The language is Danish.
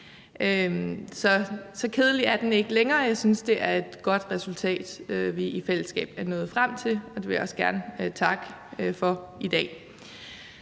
Så kedelig er den ikke længere; jeg synes, det er et godt resultat, vi i fællesskab er nået frem til, og det vil jeg også gerne takke for i dag.